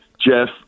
Jeff